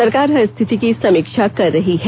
सरकार हर स्थिति की समीक्षा कर रही है